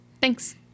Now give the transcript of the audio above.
Thanks